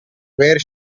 where